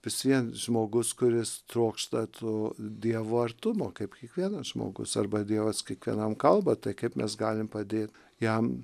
vis vien žmogus kuris trokšta to dievo artumo kaip kiekvienas žmogus arba dievas kiekvienam kalba tai kaip mes galim padėt jam